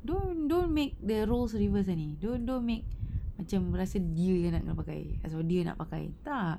don't don't make the roles reverse already don't don't make macam rasa dia yang kena pakai ataupun dia nak pakai tak